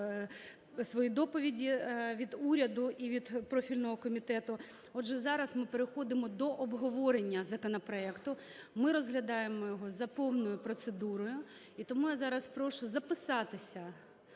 свої доповіді він уряду і від профільного комітету. Отже, зараз ми переходимо до обговорення законопроекту. Ми розглядаємо його за повною процедурою. І тому я зараз прошу записатися